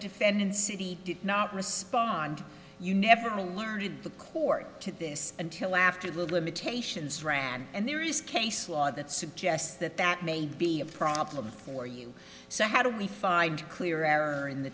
defendant city did not respond you never learned in the court to this until after the limitations ran and there is case law that suggests that that may be a problem for you so how do we find clear error in the